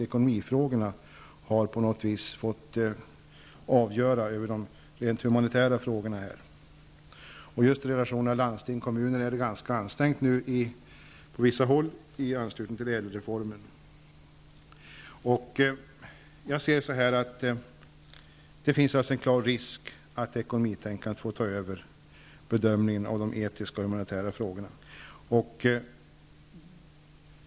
Ekonomin har tyvärr fått avgöra de rent humanitära frågorna. Relationerna mellan landsting och kommuner är ganska ansträngda på vissa håll i anslutning till ÄDEL-reformen. Det finns en klar risk att ekonomitänkandet får ta över i bedömningen av de etiska och humanitära frågorna.